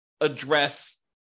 address